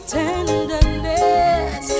tenderness